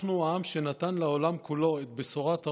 אנחנו העם שנתן לעולם כולו את בשורת הרוח,